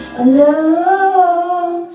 alone